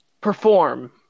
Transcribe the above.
perform